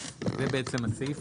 אז זה בעצם הסעיף.